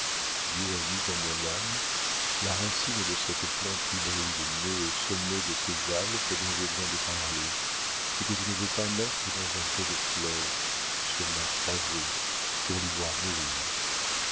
dieu a mis dans mon âme la racine de cette plante hybride née au sommet de ces alpes dont je viens de parler et que je ne veux pas mettre dans un pot de fleurs sur ma croisée pour l'y voir mourir